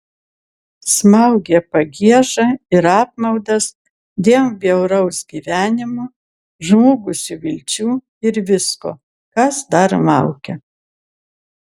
smaugė pagieža ir apmaudas dėl bjauraus gyvenimo žlugusių vilčių ir visko kas dar laukia